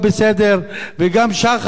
וגם שחל לא בסדר,